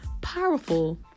powerful